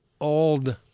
old